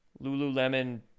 Lululemon